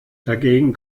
dagegen